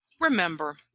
Remember